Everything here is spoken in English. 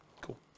Cool